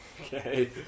okay